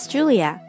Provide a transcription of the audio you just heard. Julia